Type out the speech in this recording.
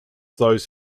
those